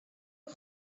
nhw